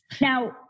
Now